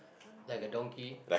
like a donkey